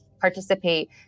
participate